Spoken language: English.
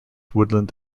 woodland